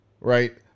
Right